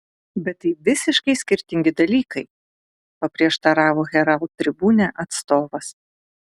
bet tai visiškai skirtingi dalykai paprieštaravo herald tribune atstovas